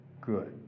good